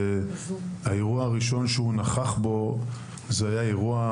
והאירוע הראשון שהוא נכח בו היה אירוע